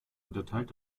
unterteilt